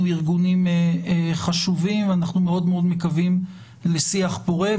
ארגונים חשובים ואנחנו מאוד מאוד מקווים לשיח פורה.